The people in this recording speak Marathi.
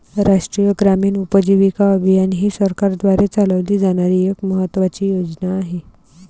राष्ट्रीय ग्रामीण उपजीविका अभियान ही सरकारद्वारे चालवली जाणारी एक महत्त्वाची योजना आहे